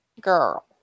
Girl